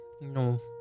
No